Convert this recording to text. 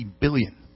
billion